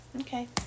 Okay